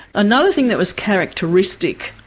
another thing that was characteristic,